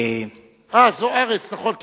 אה, זוארץ, נכון.